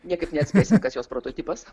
niekaip neatspėsi kas jos prototipas